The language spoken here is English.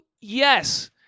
Yes